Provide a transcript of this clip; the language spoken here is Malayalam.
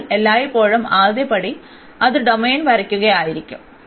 അതിനാൽ എല്ലായ്പ്പോഴും ആദ്യപടി അത് ഡൊമെയ്ൻ വരയ്ക്കുന്നതായിരിക്കണം